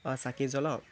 চাকি জ্বলাওঁ